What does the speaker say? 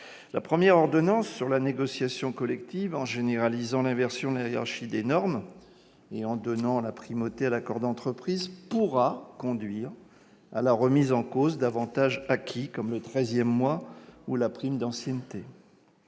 La première ordonnance, qui porte sur la négociation collective, généralise l'inversion de la hiérarchie des normes et donne la primauté à l'accord d'entreprise. Cela pourra conduire à la remise en cause d'avantages acquis, comme le treizième mois ou la prime d'ancienneté.